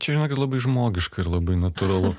čia žinokit labai žmogiška ir labai natūralu